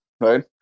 Right